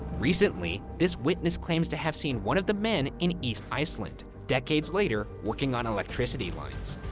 recently, this witness claims to have seen one of the men in east iceland, decades later, working on electricity lines.